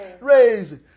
raise